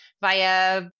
via